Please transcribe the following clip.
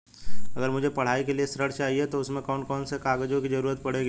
अगर मुझे पढ़ाई के लिए ऋण चाहिए तो उसमें कौन कौन से कागजों की जरूरत पड़ेगी?